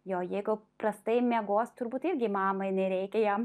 jo jeigu prastai miegos turbūt irgi mamai nereikia jam